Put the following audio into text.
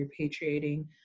repatriating